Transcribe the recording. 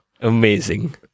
Amazing